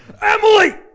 Emily